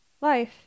Life